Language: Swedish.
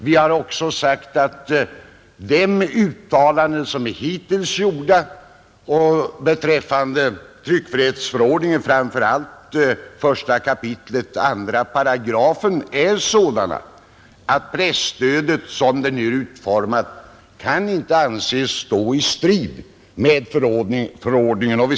Vi har också sagt att de uttalanden som hittills gjorts beträffande tryckfrihetsförord ningen, framför allt 1 kap. 2 §, är sådana att den föreslagna utformningen av presstödet inte kan anses strida mot tryckfrihetsförordningen.